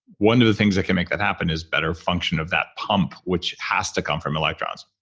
one of the things that can make that happen is better function of that pump, which has to come from electrons.